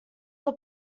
this